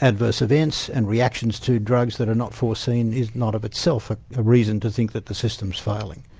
adverse events and reactions to drugs that are not foreseen, is not of itself a reason to think that the system's failing.